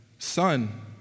Son